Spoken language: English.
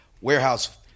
warehouse